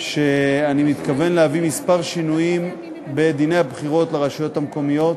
שאני מתכוון להביא כמה שינויים בדיני הבחירות לרשויות המקומיות.